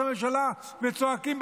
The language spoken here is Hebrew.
אתה שותק.